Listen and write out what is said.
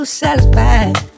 satisfied